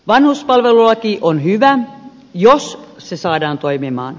vanhuspalvelulaki on hyvä jos se saadaan toimimaan